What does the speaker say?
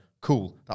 cool